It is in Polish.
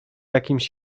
jakimś